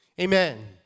Amen